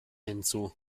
hinzu